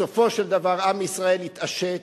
בסופו של דבר עם ישראל יתעשת,